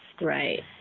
right